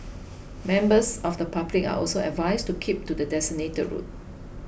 members of the public are also advised to keep to the designated route